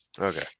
Okay